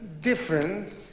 different